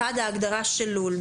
ההגדרה של לול.